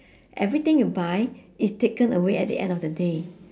everything you buy is taken away at the end of the day